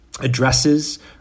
addresses